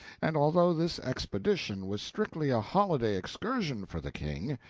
and although this expedition was strictly a holiday excursion for the king,